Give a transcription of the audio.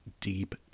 deep